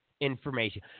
information